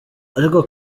ariko